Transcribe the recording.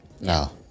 No